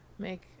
Make